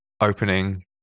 opening